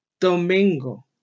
domingo